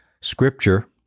scripture